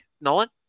Nolan